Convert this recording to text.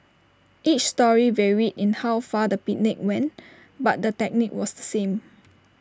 each story varied in how far the picnic went but the technique was the same